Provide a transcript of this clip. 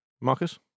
Marcus